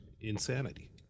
insanity